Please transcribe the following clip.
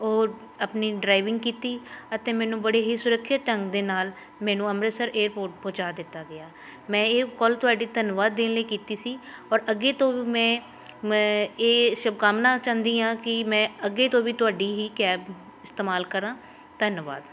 ਔਰ ਆਪਣੀ ਡਰਾਈਵਿੰਗ ਕੀਤੀ ਅਤੇ ਮੈਨੂੰ ਬੜੇ ਹੀ ਸੁਰੱਖਿਅਤ ਢੰਗ ਦੇ ਨਾਲ ਮੈਨੂੰ ਅੰਮ੍ਰਿਤਸਰ ਏਅਰਪੋਰਟ ਪਹੁੰਚਾ ਦਿੱਤਾ ਗਿਆ ਮੈਂ ਇਹ ਕੋਲ ਤੁਹਾਡੀ ਧੰਨਵਾਦ ਦੇਣ ਲਈ ਕੀਤੀ ਸੀ ਔਰ ਅੱਗੇ ਤੋਂ ਮੈਂ ਮੈਂ ਇਹ ਸ਼ੁੱਭਕਾਮਨਾ ਚਾਹੁੰਦੀ ਹਾਂ ਕਿ ਮੈਂ ਅੱਗੇ ਤੋਂ ਵੀ ਤੁਹਾਡੀ ਹੀ ਕੈਬ ਇਸਤੇਮਾਲ ਕਰਾਂ ਧੰਨਵਾਦ